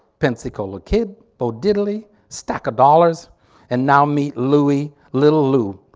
pensacola kid, bo diddley, stack of dollars and now meet louis little lou.